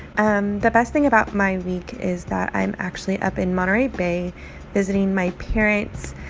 um the best thing about my week is that i'm actually up in monterey bay visiting my parents.